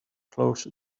closer